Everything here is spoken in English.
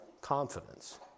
confidence